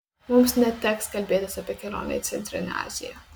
mums neteks kalbėtis apie kelionę į centrinę aziją